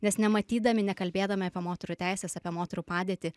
nes nematydami nekalbėdami apie moterų teises apie moterų padėtį